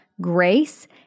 grace